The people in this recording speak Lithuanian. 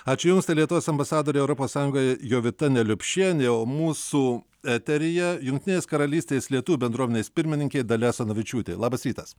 ačiū jums tai lietuvos ambasadorė europos sąjungoje jovita neliupšienė o mūsų eteryje jungtinės karalystės lietuvių bendruomenės pirmininkė dalia asanavičiūtė labas rytas